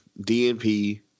DNP